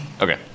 Okay